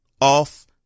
off